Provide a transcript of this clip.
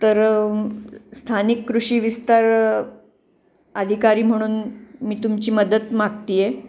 तर स्थानिक कृषी विस्तार अधिकारी म्हणून मी तुमची मदत मागते आहे